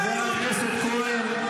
היחיד שקיים הוא פה.